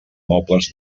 mobles